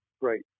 great